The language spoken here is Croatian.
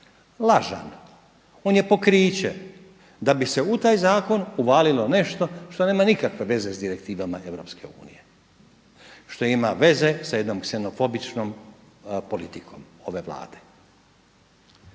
lažan. On je pokriće da bi se u taj zakon uvalilo nešto što nema nikakve veze sa direktivama EU, što ima veze sa jednom ksenofobičnom politikom ove Vlade.